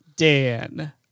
Dan